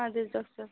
اَدٕ حظ ڈاکٹَر صٲب